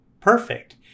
perfect